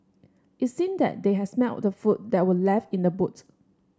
it seemed that they had smelt the food that were left in the boot